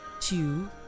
two